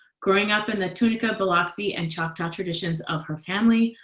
growing up in the tunica, biloxi and choctaw traditions of her family,